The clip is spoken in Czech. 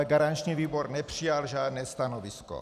Garanční výbor nepřijal žádné stanovisko.